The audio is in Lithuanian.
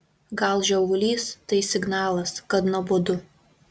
gal žiovulys tai signalas kad nuobodu